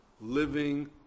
living